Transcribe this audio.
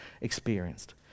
experienced